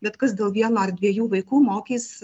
bet kas dėl vieno ar dviejų vaikų mokys